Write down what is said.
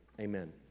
amen